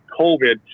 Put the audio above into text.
covid